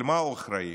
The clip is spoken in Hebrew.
על מה הוא אחראי?